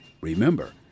Remember